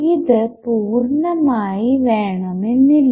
ഇത് പൂർണ്ണമായി വേണമെന്നില്ല